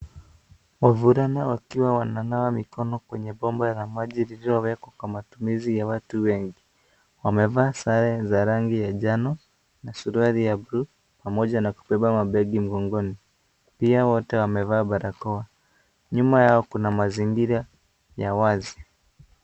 Wavulana wakiwa wananawa mikono, kwenye bomba la maji lililowekwa kwa matumizi ya watu wengi, wamevaa sare za rangi ya njano na suruali ya blue ,pamoja na kubeba mabegi mgongoni. Pia wote wamevaa balakoa. Nyuma yao kuna mazingira ya wazi.